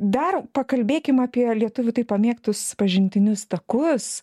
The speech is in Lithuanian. dar pakalbėkim apie lietuvių taip pamėgtus pažintinius takus